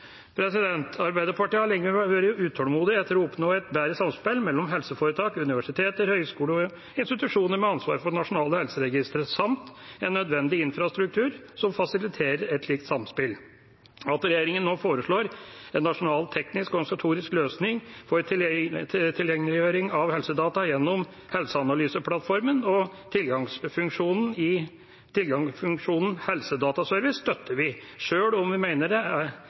institusjoner med ansvar for nasjonale helseregistre samt en nødvendig infrastruktur som fasiliterer et slikt samspill. At regjeringa nå foreslår en nasjonal teknisk organisatorisk løsning for tilgjengeliggjøring av helsedata gjennom helseanalyseplattformen og tilgangsfunksjonen Helsedataservice, støtter vi, sjøl om vi mener det særlig for de store populasjonsundersøkelsene som Tromsøundersøkelsen og HUNT gjenstår viktige avveininger før dette lander riktig. Helsearkivet på Tynset er